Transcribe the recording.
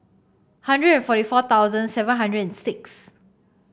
hundred forty four thousand seven hundred and six